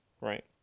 right